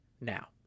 now